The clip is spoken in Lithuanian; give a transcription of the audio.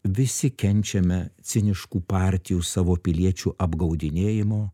visi kenčiame ciniškų partijų savo piliečių apgaudinėjimo